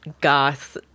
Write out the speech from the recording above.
goth